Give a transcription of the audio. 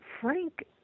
Frank